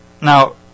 Now